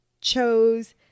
chose